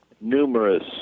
numerous